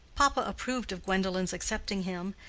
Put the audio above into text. papa approved of gwendolen's accepting him,